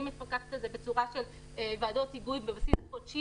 אני מפקחת על זה בצורה של ועדות היגוי על בסיס חודשי.